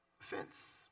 offense